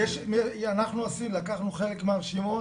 אנחנו לקחנו חלק מהרשימות,